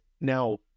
Now